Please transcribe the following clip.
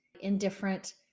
indifferent